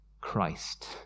Christ